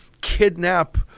kidnap